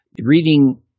Reading